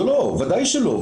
לא, ודאי שלא.